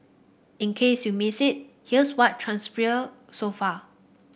in case you missed it here's what transpired so far